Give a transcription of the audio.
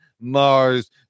Mars